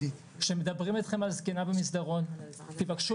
כשמדברים איתכם על הזקנה במסדרון תבקשו